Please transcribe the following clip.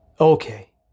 Okay